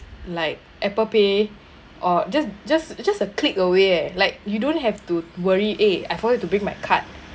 like Apple pay or just just just a click away like you don't have to worry eh I forgot to bring my card